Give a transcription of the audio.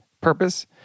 purpose